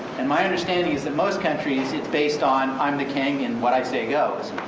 and my understanding is that most countries it's based on, i'm the king and what i say goes.